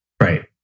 Right